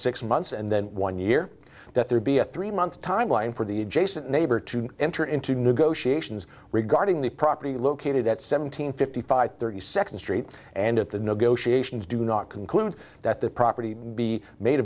six months and then one year that there be a three month timeline for the adjacent neighbor to enter into negotiations regarding the property located at seven hundred fifty five thirty second street and at the negotiations do not conclude that the property be made